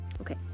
Okay